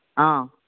ꯑꯥ